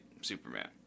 Superman